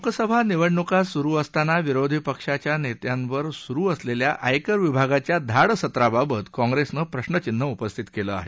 लोकसभा निवडणुका सुरु असताना विरोधी पक्षाच्या नेत्यांवर सुरु असलेल्या आयकर विभागाच्या धाड सत्राबाबत काँग्रेसनं प्रश्रचिन्ह उपस्थित केलं आहे